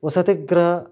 वसतिगृह